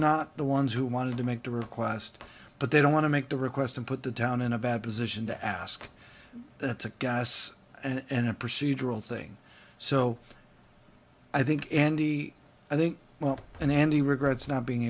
not the ones who wanted to make the request but they don't want to make the request and put the town in a bad position to ask that's a gas and a procedural thing so i think andy i think went in and he regrets not being